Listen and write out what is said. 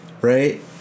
Right